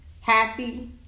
happy